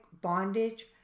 bondage